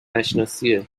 نشناسیه